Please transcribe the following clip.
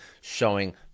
showing